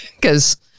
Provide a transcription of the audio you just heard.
because-